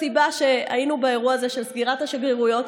הסיבה שהיינו באירוע הזה של סגירת השגרירויות,